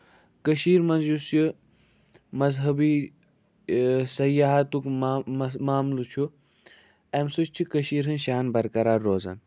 کٔشیٖرِ منٛز یُس یہِ مَذہَبی سیاحَتُک مہ مس معاملہٕ چھُ اَمہِ سۭتۍ چھُ کٔشیٖرِ ہِنٛز شان بَرقرار روزان